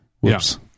Whoops